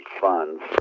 funds